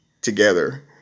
together